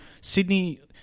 Sydney